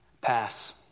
Pass